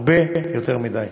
הרבה יותר מדי.